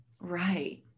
Right